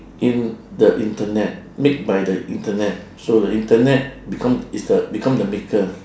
in the internet made by the internet so the internet become is the become the maker